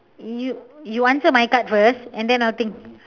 you you answer my card first and then I'll think